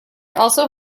also